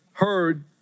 heard